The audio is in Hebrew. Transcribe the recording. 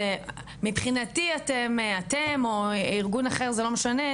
מבחינתי אתם או ארגון אחר זה לא משנה,